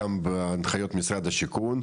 גם בהנחיות משרד השיכון,